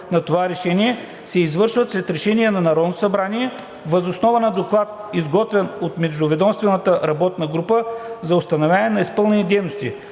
на това решение, се извършват след решение на Народното събрание въз основа на доклад, изготвен от междуведомствената работна група за установяване на изпълнените дейности